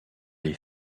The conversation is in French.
les